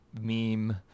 meme